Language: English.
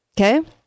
okay